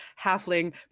Halfling